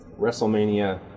WrestleMania